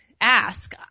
ask